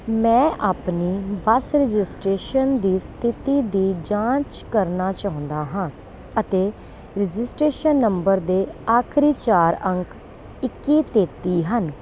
ਮੈਂ ਆਪਣੀ bus registration ਦੀ ਸਥਿਤੀ ਦੀ ਜਾਂਚ ਕਰਨਾ ਚਾਹੁੰਦਾ ਹਾਂ ਅਤੇ ਰਜਿਸਟ੍ਰੇਸ਼ਨ ਨੰਬਰ ਦੇ ਆਖਰੀ ਚਾਰ ਅੰਕ ਇੱਕੀ ਤੇਤੀ ਹਨ